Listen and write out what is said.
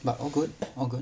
but all good all good